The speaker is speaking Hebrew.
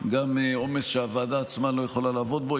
גם עומס שהוועדה עצמה לא יכולה לעבוד בו.